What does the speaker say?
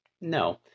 No